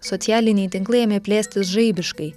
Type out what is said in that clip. socialiniai tinklai ėmė plėstis žaibiškai